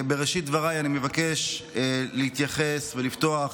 בראשית דבריי אני מבקש להתייחס ולפתוח